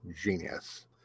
genius